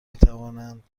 میتوانند